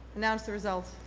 announce the result.